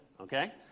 okay